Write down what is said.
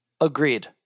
Agreed